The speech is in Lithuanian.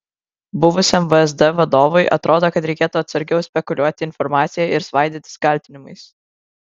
buvusiam vsd vadovui atrodo kad reikėtų atsargiau spekuliuoti informacija ir svaidytis kaltinimais